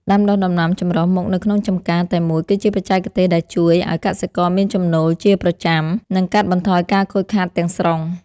ដាំដុះដំណាំចម្រុះមុខនៅក្នុងចម្ការតែមួយគឺជាបច្ចេកទេសដែលជួយឱ្យកសិករមានចំណូលជាប្រចាំ និង កាត់បន្ថយការខូចខាតទាំងស្រុង។